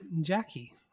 Jackie